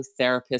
therapists